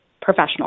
professional